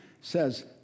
says